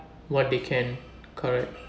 what they can correct